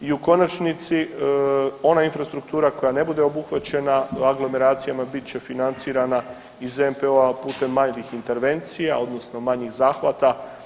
I u konačnici ona infrastruktura koja ne bude obuhvaćena aglomeracijama bit će financirana iz NPOO-a putem manjih intervencija odnosno manjih zahvata.